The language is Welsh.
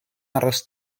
aros